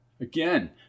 Again